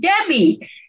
Debbie